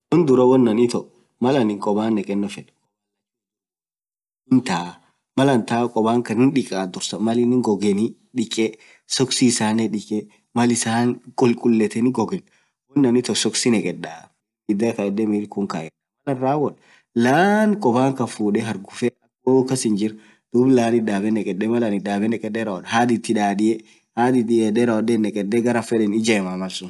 wonduraa woanaan itoo malaanin koobaan nekenoo feed, hintaa hindikaa kobaan kaan duub sooksii dikaa, malaan issan kulkuleteen soksii nekedaa kobaan hargufee, hoo woyuu kass hinjir nekedee haadh ithidadiee, nekedee malsuun garaan feduun ijemaa malsuun.